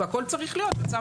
הכול צריך להיות בצוותא חדא.